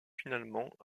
finalement